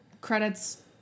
credits